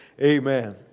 amen